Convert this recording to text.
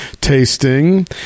tasting